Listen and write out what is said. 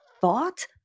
thought